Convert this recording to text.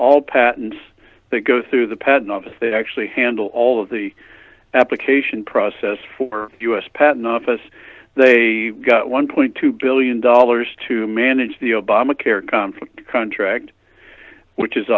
all patents they go through the patent office they actually handle all of the application process for us patent office they got one point two billion dollars to manage the obamacare conflict contract which is